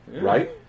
right